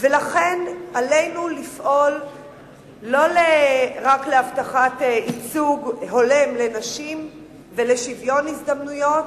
ולכן עלינו לפעול לא רק להבטחת ייצוג הולם לנשים ולשוויון הזדמנויות,